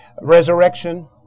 resurrection